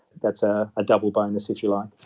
that's a ah double bonus, if you like.